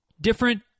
different